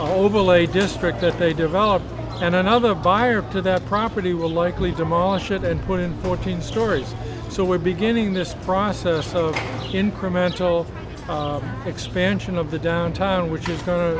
overlay district that they develop and another buyer to that property will likely demolish it and put in fourteen stories so we're beginning this process of incremental expansion of the downtown which is going to